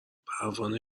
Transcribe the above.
پروانه